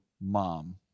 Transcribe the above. mom